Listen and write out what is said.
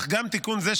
אך גם תיקון זה,